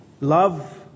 Love